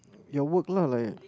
your work lah like